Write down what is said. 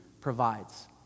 provides